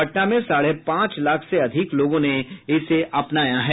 पटना में साढ़े पांच लाख से अधिक लोगों ने इसे अपनाया है